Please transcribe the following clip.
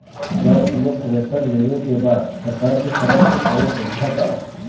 John Deere tractor लेवे के बा सरकार के तरफ से कौनो सुविधा बा?